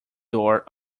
door